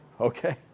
okay